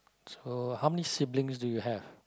so how many siblings do you have